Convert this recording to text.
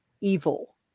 evil